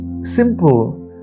simple